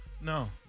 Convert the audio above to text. No